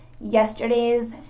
yesterday's